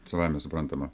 savaime suprantama